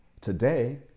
today